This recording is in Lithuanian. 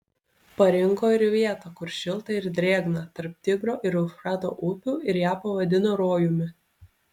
parinko ir vietą kur šilta ir drėgna tarp tigro ir eufrato upių ir ją pavadino rojumi